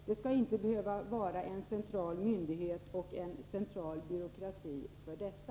Det skall inte behövas en central myndighet och central byråkrati för detta.